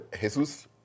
Jesus